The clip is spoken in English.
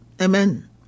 Amen